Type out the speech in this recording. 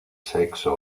sexo